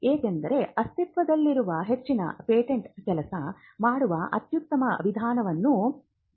ಏಕೆಂದರೆ ಅಸ್ತಿತ್ವದಲ್ಲಿರುವ ಹೆಚ್ಚಿನ ಪೇಟೆಂಟ್ ಕೆಲಸ ಮಾಡುವ ಅತ್ಯುತ್ತಮ ವಿಧಾನವನ್ನು ಪ್ರತಿಪಾದಿಸುತ್ತದೆ